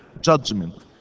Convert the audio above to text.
judgment